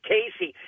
Casey